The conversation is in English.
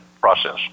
process